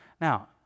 now